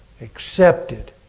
accepted